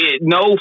no